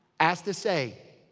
as to say.